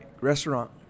restaurant